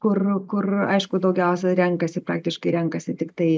kur kur aišku daugiausia renkasi praktiškai renkasi tiktai